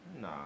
Nah